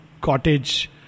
cottage